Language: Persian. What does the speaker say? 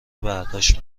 برداشت